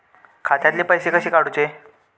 खात्यातले पैसे कसे काडूचे?